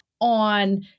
on